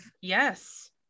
yes